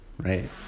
right